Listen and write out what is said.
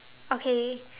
okay